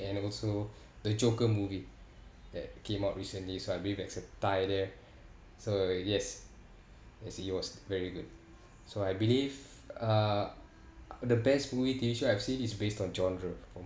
and also the joker movie that came out recently so I believe that's a tie there so yes as he was very good so I believe uh the best movie T_V show I've seen is based on genre